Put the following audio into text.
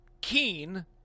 keen